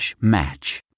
match